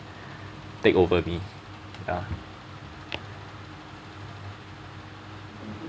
take over me ya